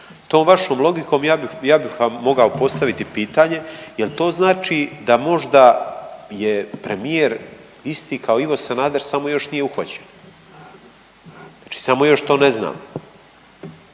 Tom vašom logikom ja bih vam mogao postaviti pitanje jel' to znači da možda je premijer isti kao Ivo Sanader samo još nije uhvaćen? Znači samo još to ne znamo,